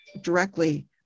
directly